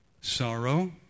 sorrow